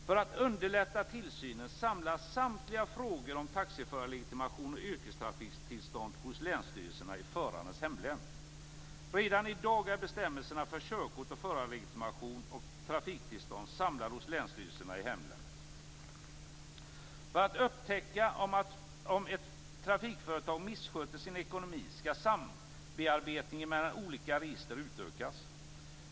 För att underlätta tillsynen samlas samtliga frågor om taxiförarlegitimation och yrkestrafiktillstånd hos länsstyrelsen i förarens hemlän. Redan i dag är bestämmelserna för körkort, förarlegitimation och trafiktillstånd samlade hos länsstyrelsen i hemlänet. För att upptäcka om ett trafikföretag missköter sin ekonomi skall sambearbetningen mellan olika register utökas.